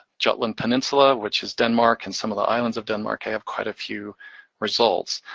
jutland peninsula, which is denmark, and some of the islands of denmark have quite a few results.